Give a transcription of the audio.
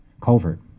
Culvert